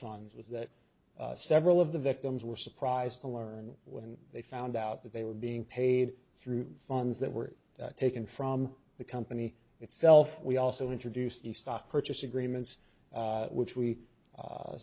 funds was that several of the victims were surprised to learn and when they found out that they were being paid through funds that were taken from the company itself we also introduced the stock purchase agreements which we